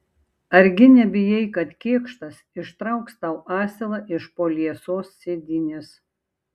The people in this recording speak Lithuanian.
argi nebijai kad kėkštas ištrauks tau asilą iš po liesos sėdynės